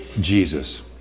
Jesus